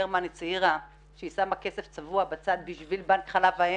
גרמן הצהירה שהיא שמה כסף צבוע בצד בשביל בנק חלב האם